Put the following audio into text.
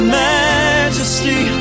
majesty